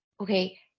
okay